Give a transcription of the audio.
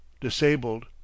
disabled